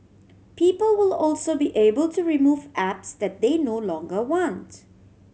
people will also be able to remove apps that they no longer wants